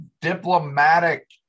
diplomatic